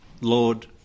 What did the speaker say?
Lord